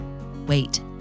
wait